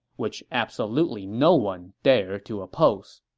which absolutely no one dared to oppose